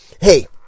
Hey